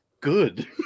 good